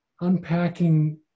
unpacking